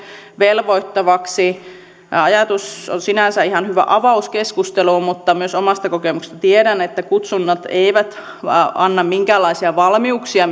velvoittavaksi ajatus on sinänsä ihan hyvä avaus keskusteluun mutta myös omasta kokemuksestani tiedän että kutsunnat eivät anna minkäänlaisia valmiuksia